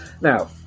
Now